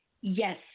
Yes